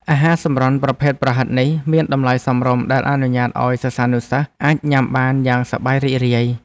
អាហារសម្រន់ប្រភេទប្រហិតនេះមានតម្លៃសមរម្យដែលអនុញ្ញាតឱ្យសិស្សានុសិស្សអាចញ៉ាំបានយ៉ាងសប្បាយរីករាយ។